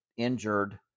injured